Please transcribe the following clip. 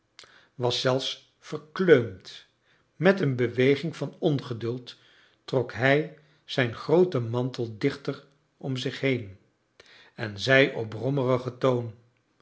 was zelfs verkleumd met een beweging van ongeduld trok hij zijn grooten mantel dichter om zich been en zei op brommerigen toon